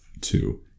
two